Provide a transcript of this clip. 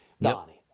Donnie